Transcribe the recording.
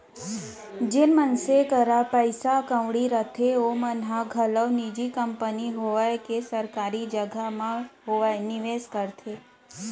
जेन मनसे करा पइसा कउड़ी रथे ओमन ह घलौ निजी कंपनी होवय के सरकारी जघा म होवय निवेस करथे